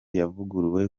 yavuguruwe